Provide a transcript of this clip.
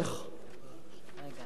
להבנתי חיוני מאוד,